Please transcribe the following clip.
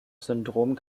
syndrom